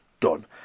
done